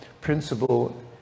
principle